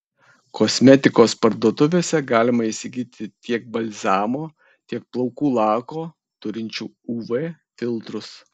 kosmetikos parduotuvėse galima įsigyti tiek balzamo tiek plaukų lako turinčių uv filtrus